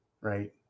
right